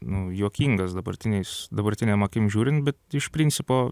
nu juokingas dabartiniais dabartinėm akim žiūrin bet iš principo